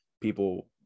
people